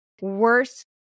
worse